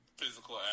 physical